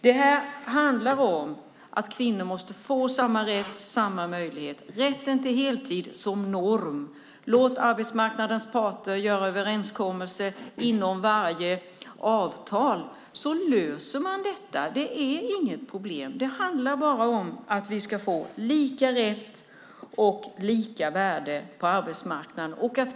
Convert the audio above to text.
Det handlar om att kvinnor måste få samma rätt och samma möjlighet, rätten till heltid som norm. Låt arbetsmarknadens parter göra överenskommelser inom varje avtal så löser man detta! Det är inget problem. Det handlar bara om att vi ska få lika rätt och lika värde på arbetsmarknaden.